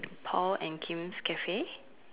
Paul and Kim's cafe